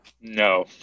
No